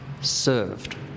served